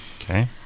Okay